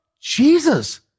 Jesus